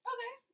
Okay